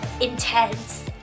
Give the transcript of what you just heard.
intense